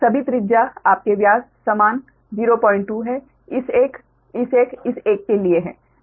सभी त्रिज्या आपके व्यास समान 02 इस एक इस एक इस एक के लिए है